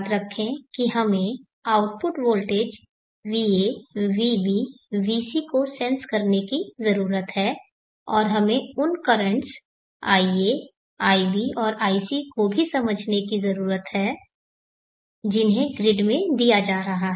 याद रखें कि हमें output voltage va vb vc को सेंस करने की जरूरत है और हमें उन कर्रेंटस ia ib और ic को भी समझने की जरूरत है जिन्हें ग्रिड में दिया जा रहा है